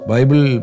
Bible